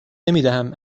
نمیدهم